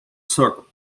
circle